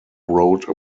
wrote